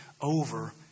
over